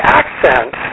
accent